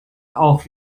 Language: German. auch